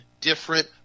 different